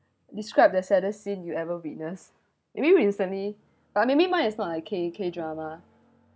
describe the saddest scene you ever witness maybe recently or maybe mine is not a K K drama